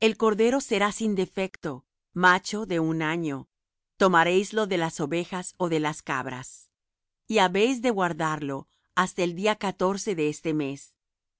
el cordero será sin defecto macho de un año tomaréislo de las ovejas ó de las cabras y habéis de guardarlo hasta el día catorce de este mes